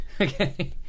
Okay